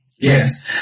Yes